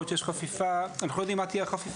אנחנו לא יודעים מה תהיה החפיפה.